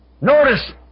Notice